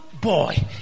boy